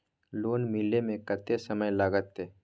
Loan मिले में कत्ते समय लागते?